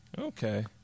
okay